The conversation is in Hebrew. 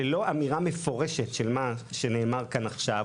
ללא אמירה מפורשת של מה שנאמר כאן עכשיו,